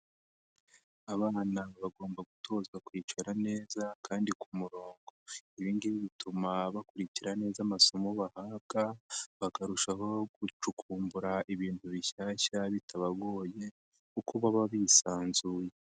Abana bagomba gutozwa kwicara neza kandi ku murongo, ibi ngibi bituma bakurikira neza amasomo bahabwa, bakarushaho gucukumbura ibintu bishyashya bitabagoye kuko baba bisanzuye.